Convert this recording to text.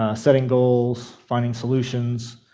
ah setting goals, finding solutions,